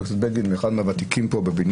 חה"כ בגין הוא אחד מהוותיקים פה בבניין,